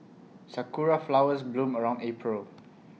Sakura Flowers bloom around April